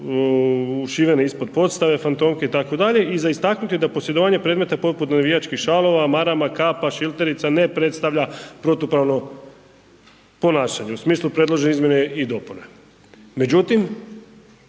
ušivene ispod podstave, fantomke itd. i za istaknut je da posjedovanje predmeta poput navijačkih šalova, marama, kapa, šilterica ne predstavlja protupravno ponašanje u smislu predložene izmjene i dopune.